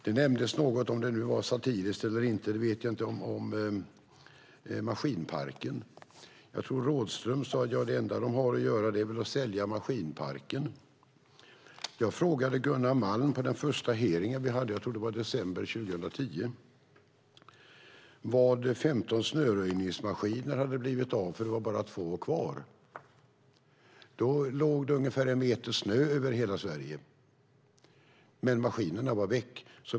Det nämndes något - jag vet inte om det var satiriskt eller inte - om maskinparken. Jag tror att Rådhström sade: Ja, det enda de har att göra är väl att sälja maskinparken. Jag frågade Gunnar Malm på den första hearingen vi hade - jag tror att det var i december 2010 - var 15 snöröjningsmaskiner hade blivit av, för det var bara två kvar. Då låg det ungefär en meter snö över hela Sverige. Men maskinerna var väck.